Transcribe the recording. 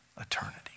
eternity